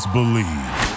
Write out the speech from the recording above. Believe